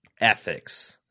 ethics